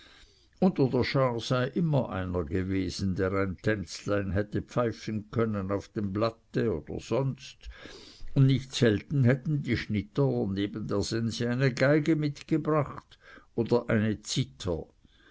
unter der schar sei immer einer gewesen der ein tänzlein hätte pfeifen können auf dem blatte oder sonst und nicht selten hätten die schnitter neben der sense eine geige mitgebracht oder eine zither